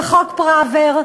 בחוק פראוור.